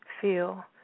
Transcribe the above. feel